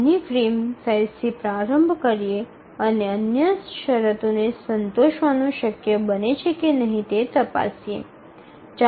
નાના ફ્રેમ સાઇઝથી પ્રારંભ કરીને અને અન્ય શરતોને સંતોષવાનું શક્ય બને છે કે નહીં તે તપાસીએ